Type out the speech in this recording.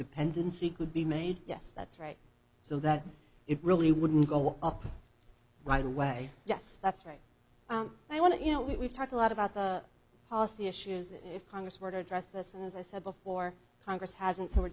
dependency could be made yes that's right so that it really wouldn't go up right away yes that's right i want to you know we've talked a lot about the policy issues if congress were to address this and as i said before congress hasn't so we're